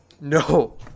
No